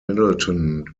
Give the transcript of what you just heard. middleton